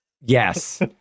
Yes